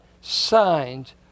signs